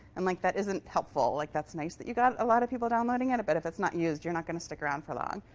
and like that isn't helpful. like that's nice that you got a lot of people downloading it. and but if it's not used, you're not going to stick around for long.